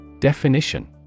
Definition